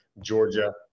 Georgia